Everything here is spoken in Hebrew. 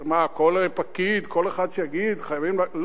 מה, כל פקיד, כל אחד שיגיד: חייבים ל-?